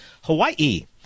Hawaii